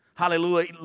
Hallelujah